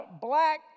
black